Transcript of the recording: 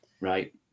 right